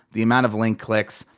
the amount of link clicks,